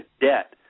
debt